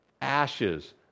ashes